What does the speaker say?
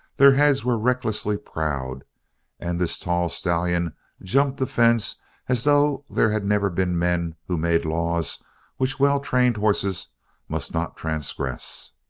their heads were recklessly proud and this tall stallion jumped the fence as though there had never been men who made laws which well-trained horses must not transgress.